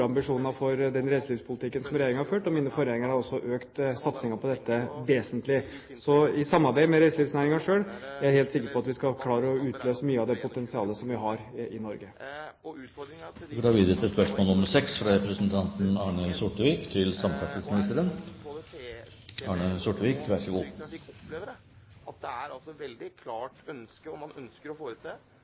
ambisjoner for den reiselivspolitikken som Regjeringen har ført, og mine forgjengere har også økt satsingen på dette vesentlig. I samarbeid med reiselivsnæringen selv er jeg helt sikker på at vi skal klare å utløse mye av det potensialet som vi har i Norge. Dette er et spørsmål til samferdselsministeren: «Norsk veinett og norsk jernbanenett forfaller. Denne utviklingen har foregått i mange år og under mange regjeringer. Men det er i årene fra 2005 med denne regjeringen at